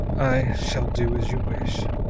i shall do as you wish.